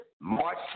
March